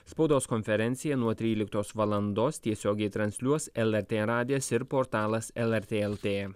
spaudos konferenciją nuo tryliktos valandos tiesiogiai transliuos lrt radijas ir portalas lrt lt